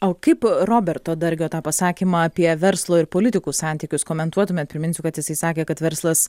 o kaip roberto dargio tą pasakymą apie verslo ir politikų santykius komentuotumėt priminsiu kad jisai įsakė kad verslas